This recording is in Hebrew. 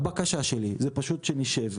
הבקשה שלי היא פשוט שנשב,